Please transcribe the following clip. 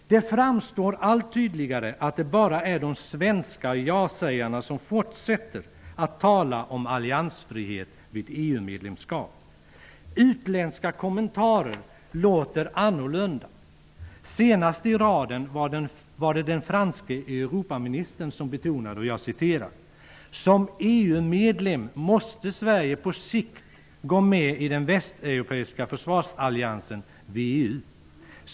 Det framstår allt tydligare att det bara är de svenska ja-sägarna som fortsätter att tala om alliansfrihet vid EU medlemskap. Utländska kommentarer låter annorlunda. Senast i raden var det den franske ''Som EU-medlem måste Sverige på sikt gå med i den västeuropeiska försvarsalliansen WEU.